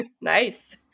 nice